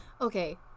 Okay